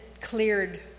cleared